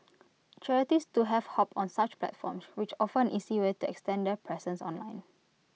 charities too have hopped on such platforms which offer an easy way to extend their presence online